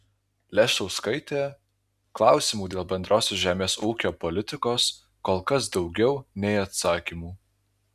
leščauskaitė klausimų dėl bendrosios žemės ūkio politikos kol kas daugiau nei atsakymų